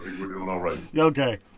Okay